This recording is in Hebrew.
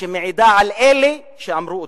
שמעידים על אלה שאמרו אותם.